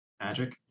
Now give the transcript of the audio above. magic